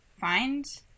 find